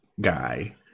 guy